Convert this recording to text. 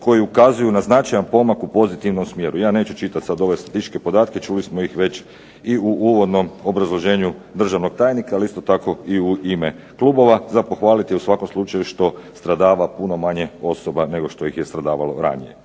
koji ukazuju na značajan pomak u pozitivnom smjeru. Ja neću čitat sad ove statističke podatke, čuli smo ih već i u uvodnom obrazloženju državnog tajnika, ali isto tako i u ime klubova. Za pohvalit je u svakom slučaju što stradava puno manje osoba nego što ih je stradavalo ranije.